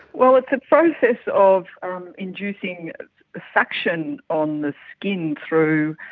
well, it's a process of um inducing suction on the skin through